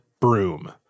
broom